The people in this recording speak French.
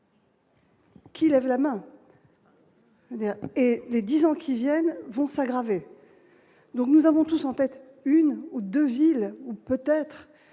Qui lève la main et les 10 ans qui viennent vont s'aggraver, donc nous avons tous sans tête, une ou 2 villes peut-être